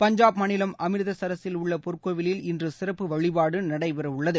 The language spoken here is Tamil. பஞ்சாப் மாநிலம் அமிர்தசரிலுள்ள பொற்கோவிலில் இன்று சிறப்பு வழிபாடு நடைபெறவுள்ளது